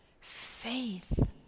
faith